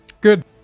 Good